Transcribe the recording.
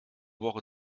woche